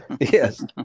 Yes